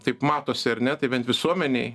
taip matosi ar ne tai bent visuomenei